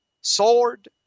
sword